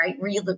right